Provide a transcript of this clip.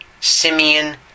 Simeon